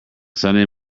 sunday